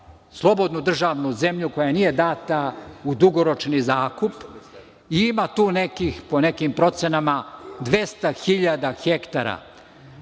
slobodnu državnu zemlju koja nije data u dugoročni zakup. Ima tu, po nekim procenama, 200 hiljada hektara.